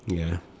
ya